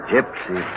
Gypsy